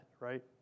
right